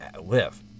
live